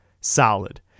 solid